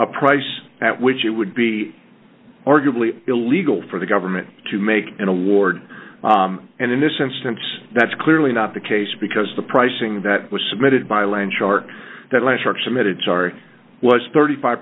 a price at which it would be arguably illegal for the government to make an award and in this instance that's clearly not the case because the pricing that was submitted by landshark that lenhart submitted sorry was thirty five